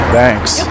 thanks